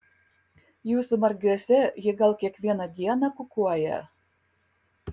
jūsų margiuose ji gal kiekvieną dieną kukuoja